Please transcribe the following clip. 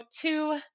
two